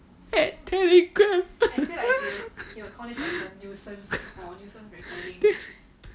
at telegram